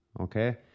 okay